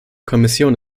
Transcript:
kommission